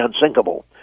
unsinkable